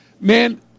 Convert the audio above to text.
man